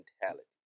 mentality